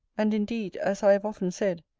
and indeed, as i have often said,